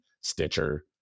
Stitcher